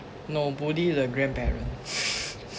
no bully the grandparent